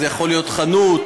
זו יכולה להיות חנות,